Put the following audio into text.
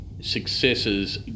successes